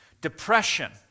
Depression